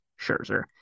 Scherzer